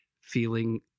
feeling